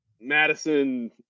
Madison